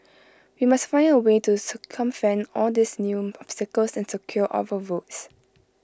we must find A way to circumvent all these new obstacles and secure our votes